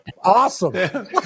Awesome